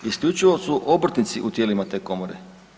Isključivo su obrtnici u tijelima te komore.